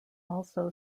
also